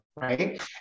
Right